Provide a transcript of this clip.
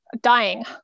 dying